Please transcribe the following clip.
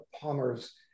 Palmer's